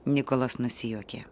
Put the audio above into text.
nikolas nusijuokė